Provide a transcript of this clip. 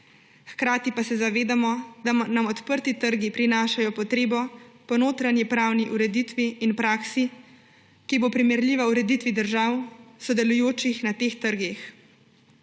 hkrati pa se zavedamo, da nam odprti trgi prinašajo potrebo po notranji pravni ureditvi in praksi, ki bo primerljiva ureditvi držav, sodelujočih na teh trgih.